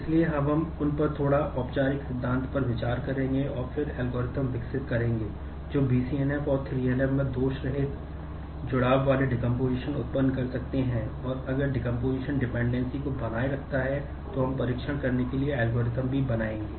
इसलिए अब हम उन पर थोड़ा औपचारिक सिद्धांत पर विचार करेंगे और फिर एल्गोरिदम भी बनाएंगे